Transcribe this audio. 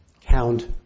count